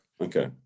Okay